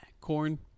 corn